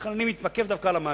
לכן אני מתמקד דווקא במאגר.